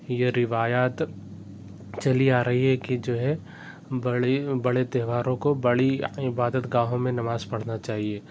یہ روایات چلی آ رہی ہے کہ جو ہے بڑی بڑے تہواروں کو بڑی عبادت گاہوں میں نماز پڑھنا چاہیے